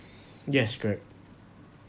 yes correct